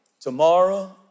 Tomorrow